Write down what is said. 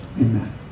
Amen